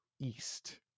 east